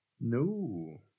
no